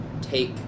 take